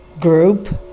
group